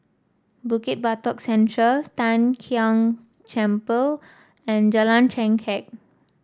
Bukit Batok Central Tian Kong Temple and Jalan Chengkek